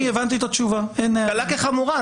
קלה כחמורה.